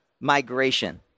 migration